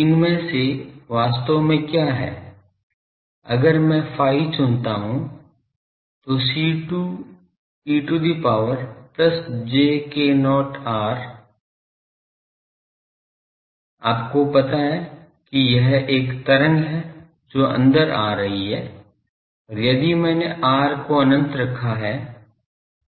तो इनमें से वास्तव में क्या है अगर मैं phi चुनता हूं तो C2 e to the power plus j k not r आपको पता है कि यह एक तरंग है जो अंदर आ रही है और यदि मैंने r को अनंत रखा है